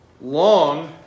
long